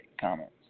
comments